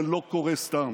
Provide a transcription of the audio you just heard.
זה לא קורה סתם.